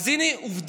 אז הינה עובדה: